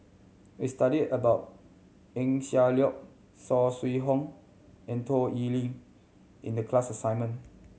we studied about Eng Siak Loy Saw Swee Hock and Toh Liying in the class assignment